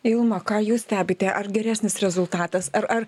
ilma ką jūs stebite ar geresnis rezultatas ar ar